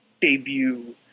debut